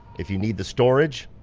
if you need the storage,